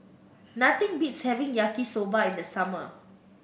nothing beats having Yaki Soba in the summer